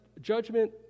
judgment